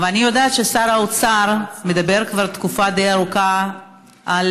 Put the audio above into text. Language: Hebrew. אני יודעת ששר האוצר מדבר כבר תקופה די ארוכה על